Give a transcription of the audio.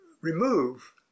remove